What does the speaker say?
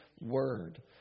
word